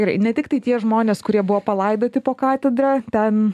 gerai ne tiktai tie žmonės kurie buvo palaidoti po katedra ten